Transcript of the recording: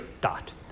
dot